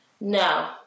No